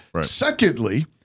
Secondly